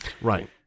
Right